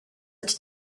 its